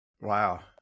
Wow